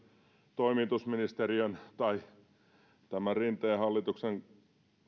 toimitusministeriön tai tämän rinteen hallituksen